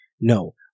No